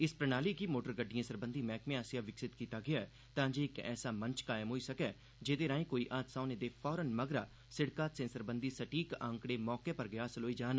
इस प्रणाली गी मोटर गड्डिंडएं सरबंधी मैह्कमे आसेआ विकसित कीता गेआ ऐ तांजे इक ऐसा मंच कायम होई सकै जेह्दे राएं कोई हादसा होने दे फौरन मगरा सिड़क हादसें सरबंघी सटीक आंकड़े मौके पर गै हासल होई सकन